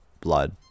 blood